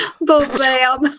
Bam